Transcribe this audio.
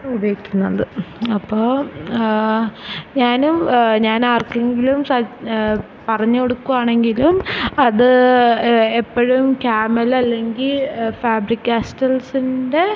ഉപയോഗിക്കുന്നത് അപ്പോൾ ഞാനും ഞാനാർക്കെങ്കിലും പറഞ്ഞു കൊടുക്കുകയാണെങ്കിലും അത് എപ്പോഴും കേമൽ അല്ലെങ്കിൽ ഫാബ്രിക്ക് കാസ്റ്റിൽസിൻ്റെ